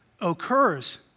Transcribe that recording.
occurs